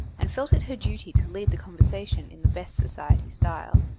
and felt it her duty to lead the conversation in the best society style.